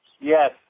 yes